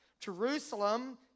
Jerusalem